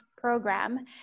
Program